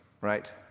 right